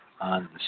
on